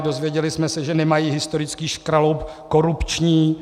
Dozvěděli jsme se, že nemají historický škraloup korupční.